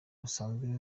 bisanzwe